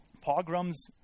pogroms